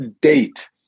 date